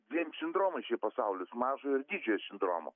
vien sindromai šie pasaulis mažo ir didžiojo sindromo